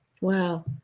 Wow